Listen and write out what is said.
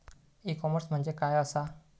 E commerce म्हणजे काय असा?